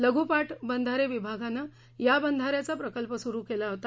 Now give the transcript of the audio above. लघू पाटबंधारे विभागानं या बंधाऱ्याचा प्रकल्प सुरु केला होता